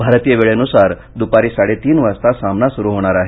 भारतीय वेळेनुसार दुपारी साडेतीन वाजता सामना सुरु होणार आहे